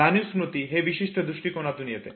जाणीव स्मृती हे विशिष्ट दृष्टिकोनातून येते